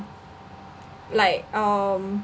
like um